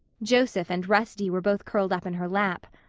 joseph and rusty were both curled up in her lap.